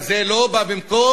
אבל זה לא בא במקום